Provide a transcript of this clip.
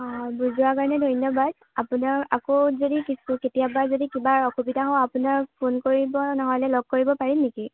অ বুজোৱাৰ কাৰণে ধন্যবাদ আপোনাৰ আকৌ যদি কেতিয়াবা যদি কিবা অসুবিধা হয় আপোনাক ফোন কৰিব নহ'লে লগ কৰিব পাৰিম নেকি